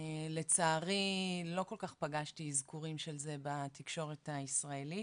לצערי לא כל כך פגשתי אזכורים של זה בתקשורת הישראלית,